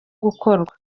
gukorwa